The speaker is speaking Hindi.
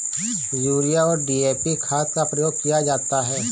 यूरिया और डी.ए.पी खाद का प्रयोग किया जाता है